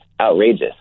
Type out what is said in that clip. outrageous